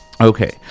Okay